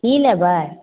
की लेबै